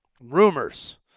rumors